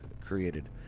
created